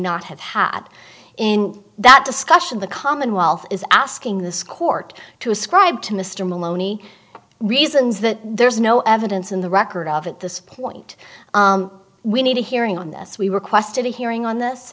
not have had in that discussion the commonwealth is asking this court to a school i've to mr maloney reasons that there's no evidence in the record of at this point we need a hearing on this we requested a hearing on this